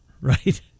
Right